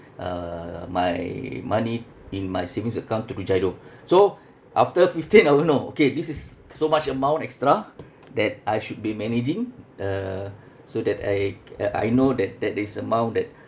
uh my money in my savings account through GIRO so after fifteenth I would know okay this is so much amount extra that I should be managing uh so that I k~ I I know that that this amount that